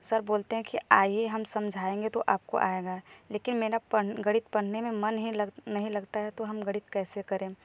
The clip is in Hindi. सर बोलते हैं कि आईए हम समझाएँगे तो आपको आएगा लेकिन मेरा पढ़ गणित पढ़ने में मन ही लग नहीं लगता है तो हम गणित कैसे करें